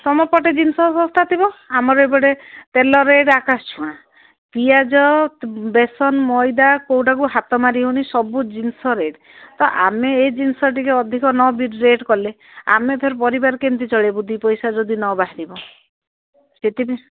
ତୁମପଟେ ଜିନିଷ ଦରକାର ଥିବ ଆମର ଏପଟେ ତେଲ ରେଟ୍ ଆକାଶ ଛୁଆଁ ପିଆଜ ବେସନ ମଇଦା କୋଉଟାକୁ ହାତ ମାରି ହେଉନି ସବୁ ଜିନିଷ ରେଟ୍ ତ ଆମେ ଏଇ ଜିନିଷ ଟିକେ ଅଧିକ ନ ରେଟ୍ କଲେ ଆମେ ଫେରେ ପରିବାର କେମିତି ଚଳେଇବୁ ଦୁଇ ପଇସା ଯଦି ନ ବାହାରିବ ସେଥିପାଇଁ